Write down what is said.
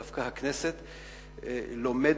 דווקא הכנסת לומדת,